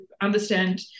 understand